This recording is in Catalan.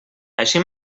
així